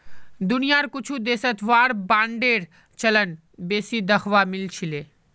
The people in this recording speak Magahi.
दुनियार कुछु देशत वार बांडेर चलन बेसी दखवा मिल छिले